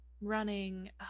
running